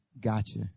gotcha